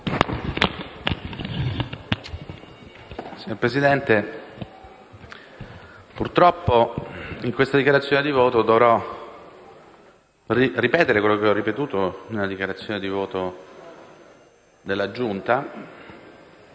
Signor Presidente, purtroppo in questa dichiarazione di voto dovrò ripetere quello che ho detto nella dichiarazione di voto resa in Giunta.